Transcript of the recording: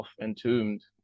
Entombed